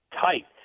tight